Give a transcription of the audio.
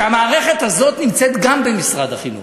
והמערכת הזאת נמצאת גם במשרד החינוך,